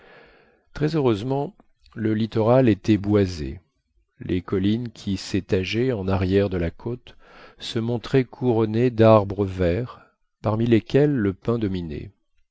très heureusement le littoral était boisé les collines qui s'étageaient en arrière de la côte se montraient couronnées d'arbres verts parmi lesquels le pin dominait